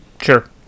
Sure